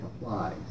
applies